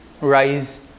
rise